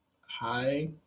Hi